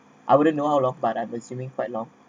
I wouldn't know how long but I'm assuming quite long